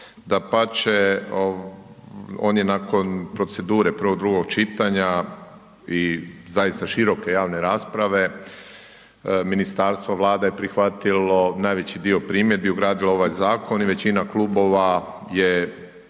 dapače on je nakon procedure, prvog, drugog čitanja i zaista široke javne rasprave, ministarstvo, Vlada je prihvatilo najveći dio primjedbi, ugradilo ovaj zakon i većina klubova je